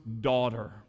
daughter